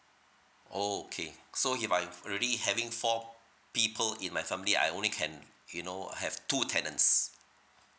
oh okay so if I've already having four people in my family I only can you know have two tenants